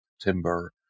timber